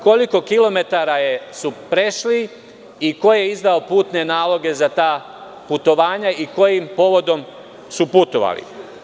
Koliko kilometara su prešli i ko je izdao putne naloge za ta putovanja i kojim povodom su putovali?